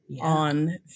on